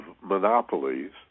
monopolies